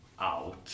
out